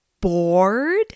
bored